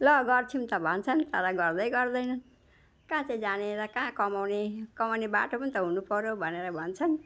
ल गर्छौँ त भन्छन् तर गर्दैगर्दैनन् कहाँ चाहिँ जाने र कहाँ कमाउने कमाउने बाटो पनि हुनुपऱ्यो भनेर भन्छन्